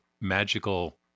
magical